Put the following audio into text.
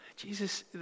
Jesus